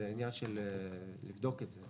זה עניין של לבדוק את זה.